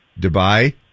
Dubai